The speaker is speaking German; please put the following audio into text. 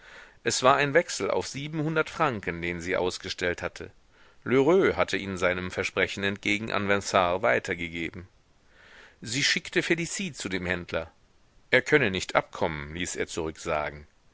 es war ein wechsel auf siebenhundert franken den sie ausgestellt hatte lheureux hatte ihn seinem versprechen entgegen an vinard weitergegeben sie schickte felicie zu dem händler er könne nicht abkommen ließ er zurücksagen